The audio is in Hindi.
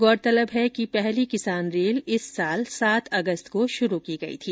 गौरतलब है कि पहली किसान रेल इस साल सात अगस्त को शुरू की गई थी